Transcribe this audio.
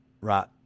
right